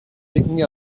leaking